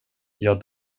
jag